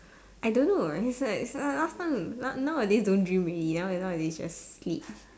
I don't know right it's like last time now nowadays don't dream already nowadays just sleep